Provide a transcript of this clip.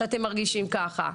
שאתם מרגישים ככה.